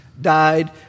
died